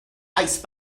ice